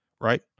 right